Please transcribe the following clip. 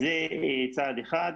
אז זה צעד אחד.